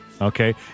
Okay